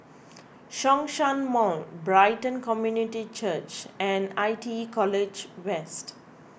Zhongshan Mall Brighton Community Church and I T E College West